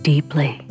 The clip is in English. Deeply